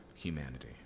Humanity